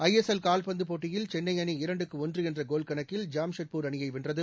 ஐ S L கால்பந்து போட்டியில் சென்னை அணி இரண்டுக்கு ஒன்று என்ற கோல் கணக்கில் ஜாம்ஷெட்பூர் அணியை வென்றது